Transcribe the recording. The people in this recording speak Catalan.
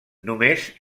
només